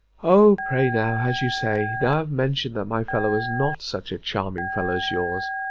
o! pray now, as you say, now i have mentioned that my fellow was not such a charming fellow as yours,